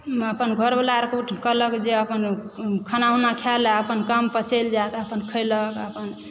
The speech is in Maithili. अपन घरवला अरके कहलक जे अपन खाना उना खायलऽ अपन काम पर चलि जा अपन खयलक अपन